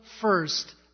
first